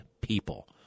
people